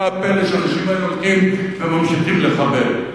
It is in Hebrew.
מה הפלא שהאנשים האלה הולכים וממשיכים לחבל.